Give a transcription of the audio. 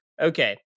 okay